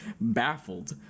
baffled